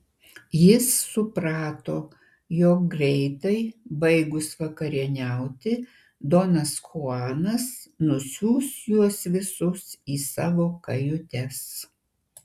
jis suprato jog greitai baigus vakarieniauti donas chuanas nusiųs juos visus į savo kajutes